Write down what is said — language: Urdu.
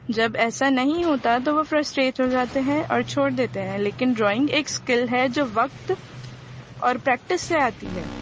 جب ایسا نہیں ہوتا تو وہ فرسٹریٹ ہو جاتے ہیں اور چھوڑ دیتے ہیں لیکن ڈرائنگ ایک اسکل ہے جو وقت اور پریکٹس سے آتی ہے